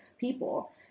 people